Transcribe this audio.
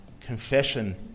confession